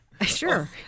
Sure